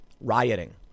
Rioting